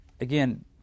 again